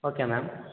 okay ma'am